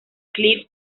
cliff